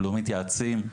לא מתייעצים,